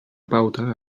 pauta